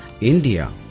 India